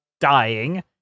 dying